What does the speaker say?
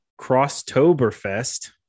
Crosstoberfest